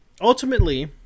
Ultimately